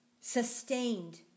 sustained